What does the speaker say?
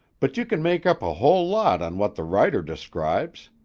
but you can make up a whole lot on what the writer describes.